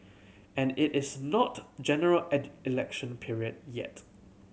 and it is not General Election period yet